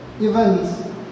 events